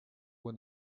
when